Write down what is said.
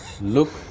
look